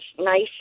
nice